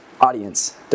audience